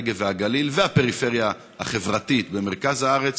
הנגב והגליל והפריפריה החברתית במרכז הארץ.